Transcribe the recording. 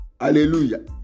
Hallelujah